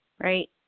Right